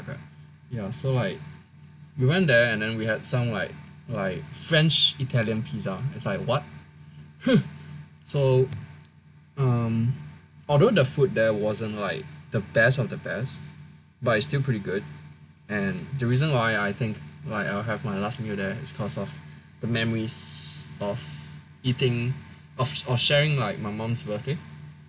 ya so like we went there and then we had some like like French Italian pizza is like what so um although the food there wasn't like the best of the best but it's still pretty good and the reason why I think like I'll have my last meal there is cause of the memories of eating of of sharing like my mum's birthday